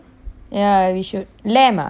lamb I got try ya lamb can